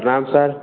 प्रणाम सर